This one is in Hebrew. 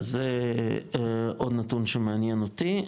אז זה עוד נתון שמעניין אותי.